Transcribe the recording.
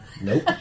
Nope